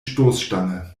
stoßstange